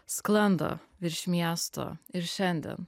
sklando virš miesto ir šiandien